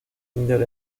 indias